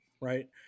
right